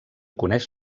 coneix